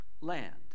land